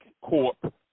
Corp